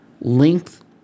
length